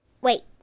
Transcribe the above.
wait